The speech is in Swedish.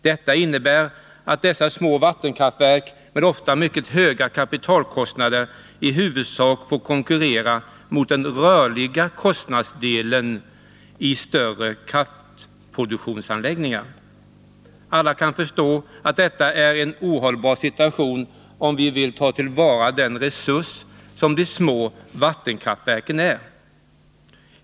Detta innebär att dessa små vattenkraftverk med ofta mycket höga kapitalkostnader i huvudsak får konkurrera med den rörliga kostnadsdelen i större kraftproduktionsanläggningar. Alla kan förstå att detta är en ohållbar situation om vi vill ta till vara den resurs som de små vattenkraftverken är.